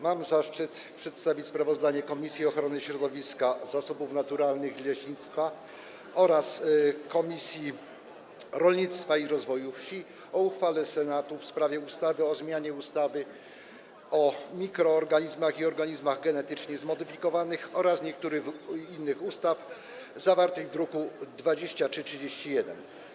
Mam zaszczyt przedstawić sprawozdanie Komisji Ochrony Środowiska, Zasobów Naturalnych i Leśnictwa oraz Komisji Rolnictwa i Rozwoju Wsi o uchwale Senatu w sprawie ustawy o zmianie ustawy o mikroorganizmach i organizmach genetycznie zmodyfikowanych oraz niektórych innych ustaw, druk nr 2331.